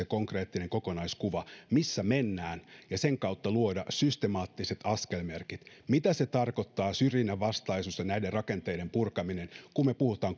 konkreettisen kokonaiskuvan missä mennään ja sen kautta luodaan systemaattiset askelmerkit mitä tarkoittaa syrjinnänvastaisuus ja näiden rakenteiden purkaminen kun me puhumme